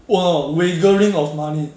!wah! wagering of money